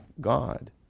God